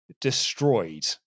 destroyed